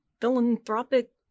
philanthropic